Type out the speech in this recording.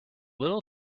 little